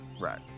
Right